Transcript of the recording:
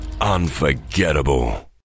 unforgettable